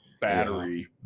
battery